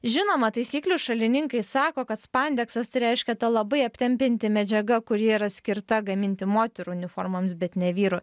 žinoma taisyklių šalininkai sako kad spandeksas tai reiškia ta labai aptempianti medžiaga kuri yra skirta gaminti moterų uniformoms bet ne vyrų